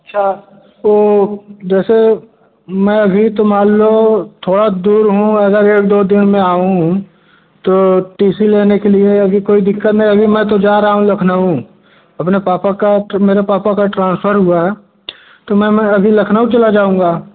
अच्छा तो जैसे मैं अभी तो मान लो थोड़ा दूर हूँ अगर एक दो दिन में आऊँ तो टी सी लेने के लिए अभी कोई दिक़्क़त नहीं होगी मैं तो जा रहा हूँ लखनऊ अपने पापा का तो मेरे पापा का ट्रांसफ़र हुआ है तो मैं मैं अभी लखनऊ चला जाऊँगा